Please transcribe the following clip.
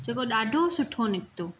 जेको ॾाढो सुठ निकितो